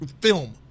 film